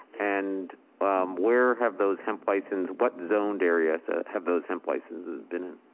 and where have those hemp license, what zoned areas ah have those hemp licenses been at?